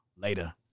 Later